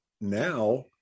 Now